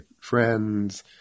friends